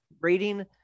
rating